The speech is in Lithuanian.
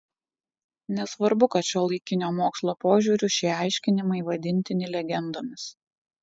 nesvarbu kad šiuolaikinio mokslo požiūriu šie aiškinimai vadintini legendomis